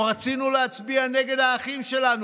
או: רצינו להצביע נגד האחים שלנו,